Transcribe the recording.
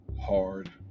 hard